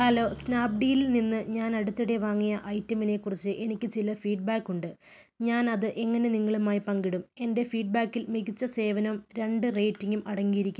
hello സ്നാപ്ഡീലിൽ നിന്ന് ഞാൻ അടുത്തിടെ വാങ്ങിയ ഐറ്റമിനെ കുറിച്ചു എനിക്ക് ചില ഫീഡ്ബാക്ക് ഉണ്ട് ഞാൻ അത് എങ്ങനെ നിങ്ങളുമായി പങ്കിടും എൻ്റെ ഫീഡ്ബാക്കിൽ മികച്ച സേവനം രണ്ട് റേറ്റിംഗും അടങ്ങിയിരിക്കുന്നു